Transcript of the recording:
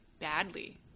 badly